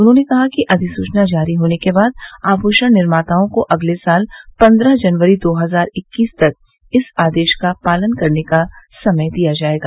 उन्होंने कहा कि अधिसूचना जारी होने के बाद आभूषण निर्माताओं को अगले साल पन्द्रह जनवरी दो हजार इक्कीस तक इस आदेश का पालन करने का समय दिया जायेगा